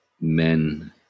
men